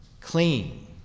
clean